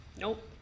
nope